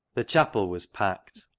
the chapel was packed.